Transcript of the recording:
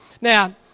Now